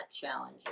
challenge